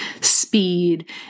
speed